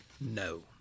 no